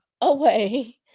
away